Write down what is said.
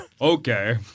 Okay